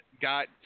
Got